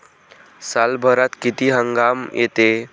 सालभरात किती हंगाम येते?